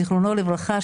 זכרו לברכה,